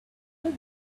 will